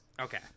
okay